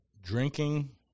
Drinking